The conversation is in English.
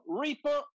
reaper